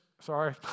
sorry